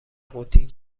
قوطی